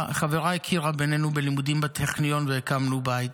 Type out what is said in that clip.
חברה הכירה בינינו בלימודים בטכניון והקמנו בית.